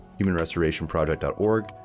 humanrestorationproject.org